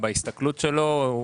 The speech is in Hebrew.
בהסתכלות שלו,